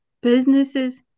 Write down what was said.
businesses